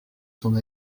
son